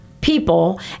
people